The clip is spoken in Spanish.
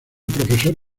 profesor